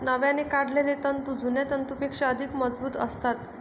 नव्याने काढलेले तंतू जुन्या तंतूंपेक्षा अधिक मजबूत असतात